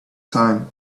time